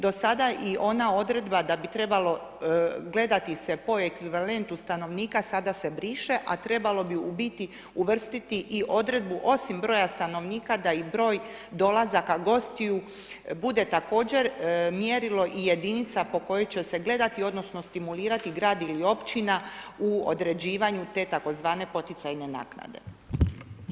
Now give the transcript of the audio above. Do sad i ona odredba da bi se trebalo gledati po ekvivalentu stanovnika sada se briše, a trebalo bi u biti uvrstiti i odredbu osim broja stanovnika da i broj dolazaka gostiju bude također mjerilo i jedinica po kojoj će se gledati odnosno, stimulirati grad ili općina u određivanju te tzv. poticajne naknade.